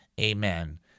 amen